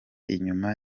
inyuma